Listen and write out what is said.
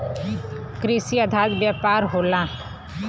कृषि आधारित व्यापार होला